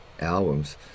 albums